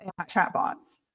chatbots